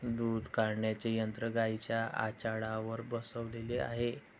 दूध काढण्याचे यंत्र गाईंच्या आचळावर बसवलेले आहे